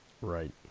Right